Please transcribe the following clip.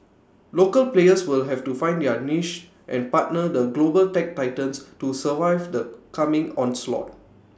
local players will have to find their niche and partner the global tech titans to survive the coming onslaught